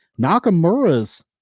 Nakamura's